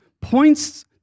points